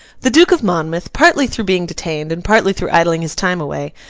the duke of monmouth, partly through being detained and partly through idling his time away,